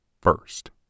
first